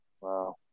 Wow